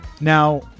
Now